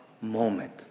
moment